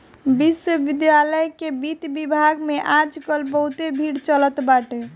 विश्वविद्यालय के वित्त विभाग में आज काल बहुते भीड़ चलत बाटे